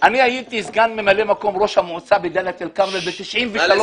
שאני הייתי ממלא מקום ראש המועצה בדלית אל כרמל ב-1993,